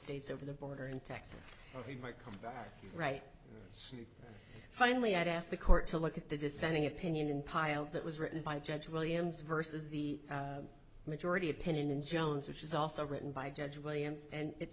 states over the border in texas they might come back right finally i'd ask the court to look at the dissenting opinion in piles that was written by judge williams versus the majority opinion in jones which is also written by judge williams and it